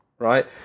Right